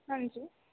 ਹਾਂਜੀ